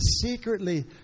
secretly